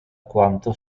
quanto